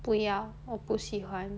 不要我不喜欢